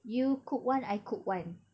you cook one I cook one